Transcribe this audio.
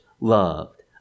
loved